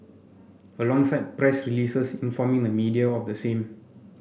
alongside press releases informing the media of the same